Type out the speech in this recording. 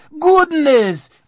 goodness